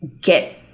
get